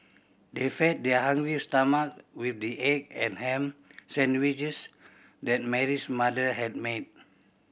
they fed their hungry stomach with the egg and ham sandwiches that Mary's mother had made